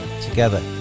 together